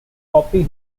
copy